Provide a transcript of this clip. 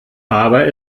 aber